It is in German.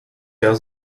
der